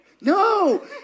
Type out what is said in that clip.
No